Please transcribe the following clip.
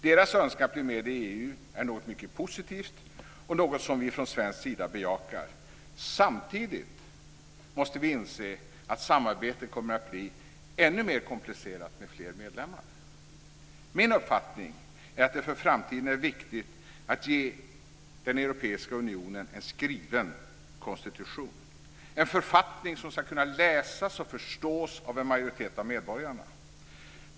Deras önskan att bli med i EU är något mycket positivt och något som vi från svensk sida bejakar. Samtidigt måste vi inse att samarbetet kommer att bli ännu mer komplicerat med fler medlemmar. Min uppfattning är att det för framtiden är viktigt att ge den europeiska unionen en skriven konstitution, en författning som ska kunna läsas och förstås av en majoritet av medborgarna.